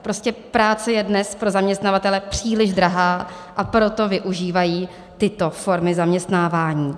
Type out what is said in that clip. Prostě práce je dnes pro zaměstnavatele příliš drahá, a proto využívají tyto formy zaměstnávání.